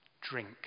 drink